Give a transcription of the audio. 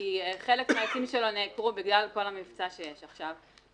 כי חלק מעצים שלו נעקרו בגלל כל המבצע שיש עכשיו.